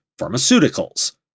pharmaceuticals